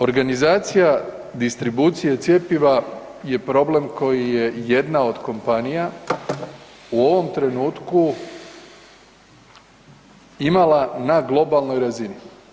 Organizacija distribucije cjepiva je problem koji je jedna od kompanija u ovom trenutku imala na globalnoj razini.